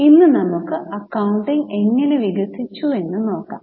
ഇന്ന് നമുക്ക് അക്കൌണ്ടിംഗ് എങ്ങനെ വികസിച്ചുവെന്ന് നോക്കാം